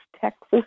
Texas